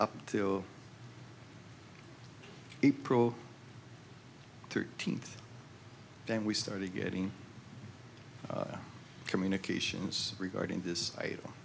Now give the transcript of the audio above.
up until april thirteenth then we started getting communications regarding this item